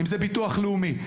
אם זה ביטוח לאומי,